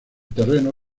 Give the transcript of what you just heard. terreno